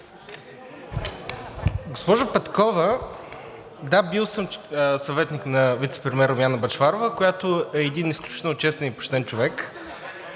Госпожо Петкова, да, бил съм съветник на вицепремиера Румяна Бъчварова, която е един изключително честен и почтен човек.